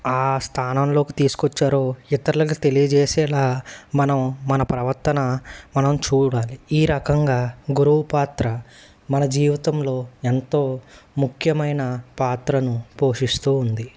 ఆ స్థానంలోకి తీసుకొచ్చారో ఇతరులకు తెలియజేసేలా మనం మన ప్రవర్తన మనం చూడాలి ఈ రకంగా గురువు పాత్ర మన జీవితంలో ఎంతో ముఖ్యమైన పాత్రను పోషిస్తూ ఉంది